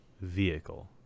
vehicle